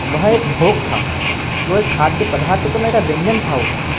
वह एक भोग था वह एक खाद्य पदार्थ तो नहीं था व्यंजन था वो